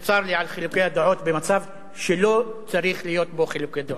וצר לי על חילוקי הדעות במצב שלא צריכים להיות בו חילוקי דעות,